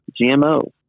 GMO